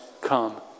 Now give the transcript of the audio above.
come